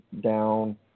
down